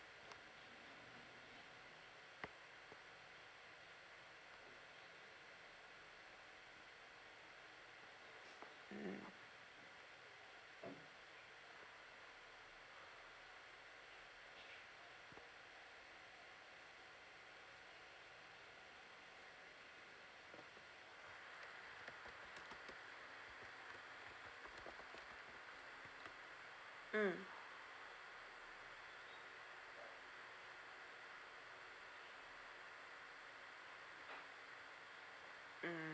mm mm mm